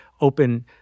open